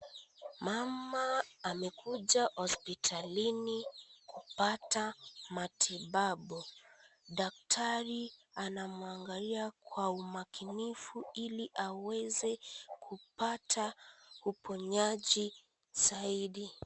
Mama amekuja hospitalini kupata matibabu, daktari anamwangalia kwa umakinifu ili aweze kupata uponyaji zaidi.